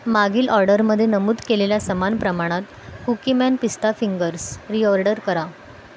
मागील ऑर्डरमध्ये नमूद केलेल्या समान प्रमाणात कुकीमॅन पिस्ता फिंगर्स रिऑर्डर करा